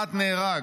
כמעט נהרג,